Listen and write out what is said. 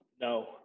No